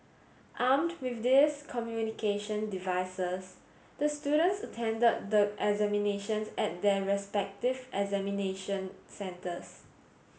armed with these communication devices the students attended the examinations at their respective examination centres